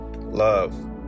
love